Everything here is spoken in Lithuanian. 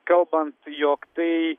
kalbant jog tai